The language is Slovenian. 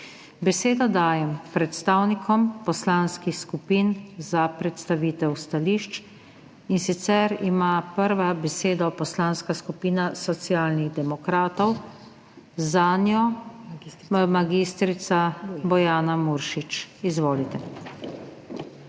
Besedo dajem predstavnikom poslanskih skupin za predstavitev stališč, in sicer ima prva besedo Poslanska skupina Socialnih demokratov, zanjo mag. Bojana Muršič. Izvolite.